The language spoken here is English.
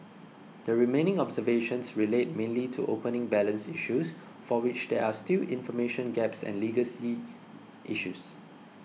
the remaining observations relate mainly to opening balance issues for which there are still information gaps and legacy issues